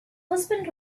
husband